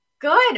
Good